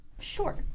sure